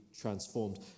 transformed